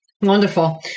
Wonderful